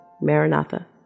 Maranatha